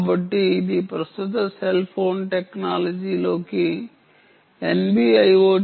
కాబట్టి ఇది ప్రస్తుత సెల్ టెక్నాలజీలోకి సమయం 6821 చూడండి